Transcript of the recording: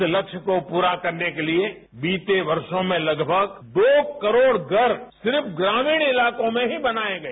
इस लक्ष्य को पूरा करने के लिए बीते वर्षो में लगभग दो करोड़ घर सिर्फ ग्रामीण इलाको में ही बनाये गए